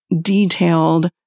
detailed